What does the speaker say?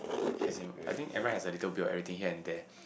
as in I think everyone has a little bit of everything here and there